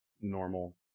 normal